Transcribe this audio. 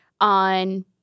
on